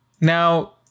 now